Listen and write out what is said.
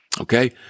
Okay